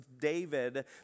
David